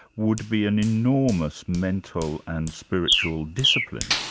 would be an enormous mental and spiritual discipline.